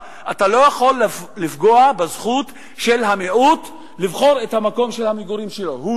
אי-אפשר לפגוע בזכות המיעוט לבחור את מקום המגורים שלו בקרב הרוב,